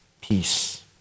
peace